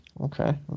Okay